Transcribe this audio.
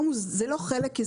זה לא חלק,